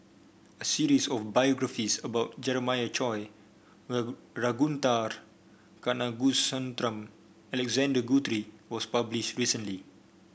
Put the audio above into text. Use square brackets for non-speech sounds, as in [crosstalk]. a series of biographies about Jeremiah Choy [unintelligible] Ragunathar Kanagasuntheram Alexander Guthrie was published recently